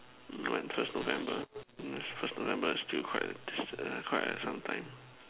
no I'm just November no it's cause November is still quite err still quite a some time